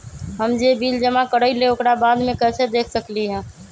हम जे बिल जमा करईले ओकरा बाद में कैसे देख सकलि ह?